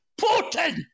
Putin